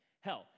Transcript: hell